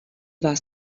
vás